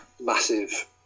massive